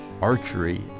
archery